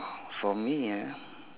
for me ah